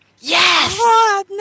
Yes